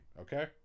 okay